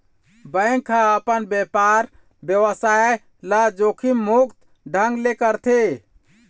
bank ह अपन बेपार बेवसाय ल जोखिम मुक्त ढंग ले करथे